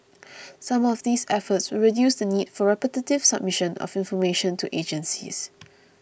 some of these efforts will reduce the need for repetitive submission of information to agencies